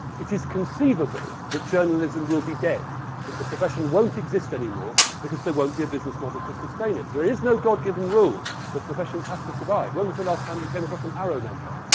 it is conceivable that journalism will be dead, that the profession won't exist anymore because there won't be a business model to sustain it. there is no god-given rule that professions have to survive. when was the last time you came across an arrow maker,